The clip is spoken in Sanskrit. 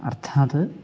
अर्थात्